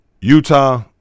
Utah